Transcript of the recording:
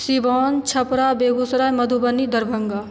Siwan Chhapra Begusarai Madhubani Darbhanga